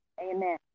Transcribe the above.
Amen